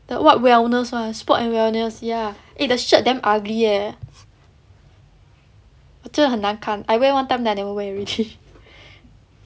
the what wellness [one] sports and wellness ya the shirt damn ugly eh 真的很难看 I wear one time then I never wear already